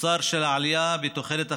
תוצר של העלייה בתוחלת החיים,